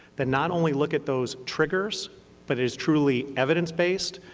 that not only look at those triggers but is truly evidence-based.